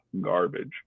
garbage